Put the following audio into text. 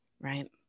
right